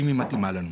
האם היא מתאימה לנו.